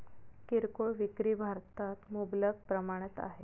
किरकोळ विक्री भारतात मुबलक प्रमाणात आहे